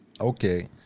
okay